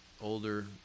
older